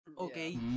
okay